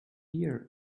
year